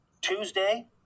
Tuesday